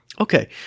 Okay